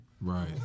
Right